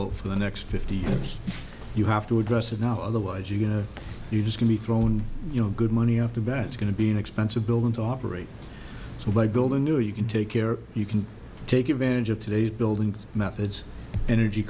what for the next fifty years you have to address it now otherwise you know you just can be thrown you know good money after bad it's going to be an expensive building to operate so by building new you can take care you can take advantage of today's building methods energy